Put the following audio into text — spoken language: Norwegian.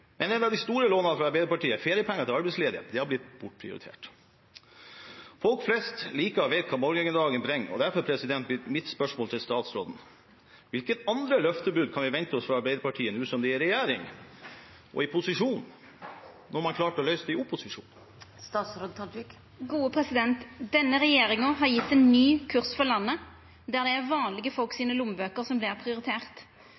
en av de store lovnadene fra Arbeiderpartiet, feriepenger til arbeidsledige, har blitt bortprioritert. Folk flest liker å vite hva morgendagen bringer, og derfor blir mitt spørsmål til statsråden: Hvilke andre løftebrudd kan vi vente oss fra Arbeiderpartiet nå som de er i regjering og i posisjon, når man klarte å løse det i opposisjon? Denne regjeringa har gjeve ein ny kurs for landet, der det er lommeboka til vanlege folk